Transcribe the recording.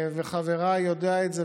וחברי יודע את זה,